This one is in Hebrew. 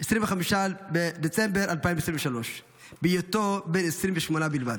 25 בדצמבר 2023, בהיותו בן 28 בלבד.